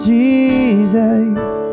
Jesus